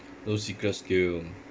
no secret skill